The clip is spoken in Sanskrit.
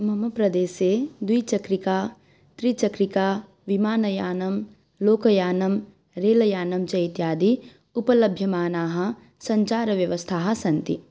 मम प्रदेशे द्विचक्रिका त्रिचक्रिका विमानयानं लोकयानं रेलयानं च इत्यादि उपलभ्यमानाः सञ्चारव्यवस्थाः सन्ति